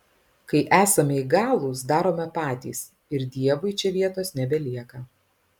kai esame įgalūs darome patys ir dievui čia vietos nebelieka